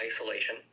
isolation